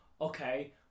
Okay